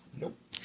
Nope